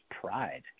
pride